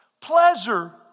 Pleasure